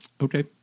Okay